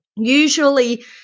Usually